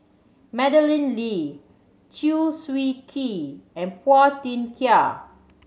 Madeleine Lee Chew Swee Kee and Phua Thin Kiay